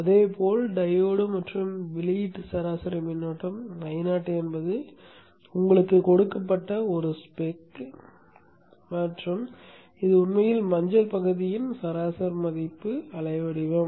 அதேபோல் டையோடு மற்றும் வெளியீட்டு சராசரி மின்னோட்டம் Io என்பது உங்களுக்குக் கொடுக்கப்பட்ட ஒரு ஸ்பெக் மற்றும் இது உண்மையில் மஞ்சள் பகுதியின் சராசரி மதிப்பாகும்